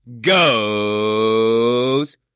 Goes